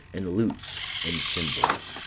and lutes, and cymbals.